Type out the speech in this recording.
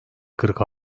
kırk